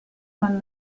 man